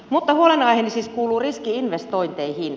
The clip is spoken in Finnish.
mutta huolenaiheeni siis kuuluu riski investointeihin